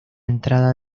entrada